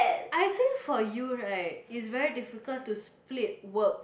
I think for you right is very difficult to split work